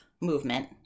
movement